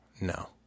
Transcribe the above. No